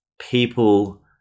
people